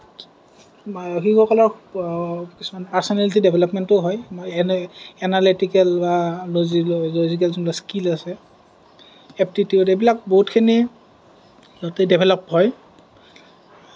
শিশুসকলক কিছুমান পাৰ্চনেলিটি ডেভেলপমেণ্টো হয় এনালিটিকেল বা লজিকেল যোনবিলাক স্কিল আছে এপটিটিউড এইবিলাক বহুখিনি ডেভেলপ হয়